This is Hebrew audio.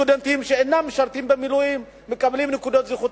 סטודנטים שאינם משרתים במילואים מקבלים נקודות זכות.